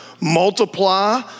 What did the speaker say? multiply